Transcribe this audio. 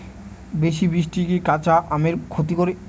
বেশি বৃষ্টি কি কাঁচা আমের ক্ষতি করে?